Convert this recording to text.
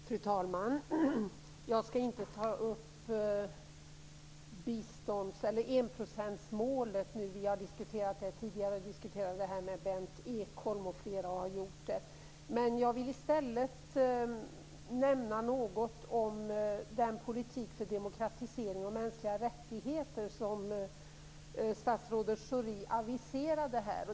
Fru talman! Jag skall inte ta upp frågan om enprocentsmålet. Vi har diskuterat det tidigare, bl.a. Berndt Jag vill i stället nämna något om den politik för demokratisering och mänskliga rättigheter som statsrådet Schori aviserade här.